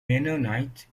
mennonite